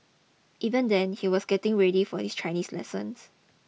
even then he was getting ready for his Chinese lessons